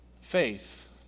faith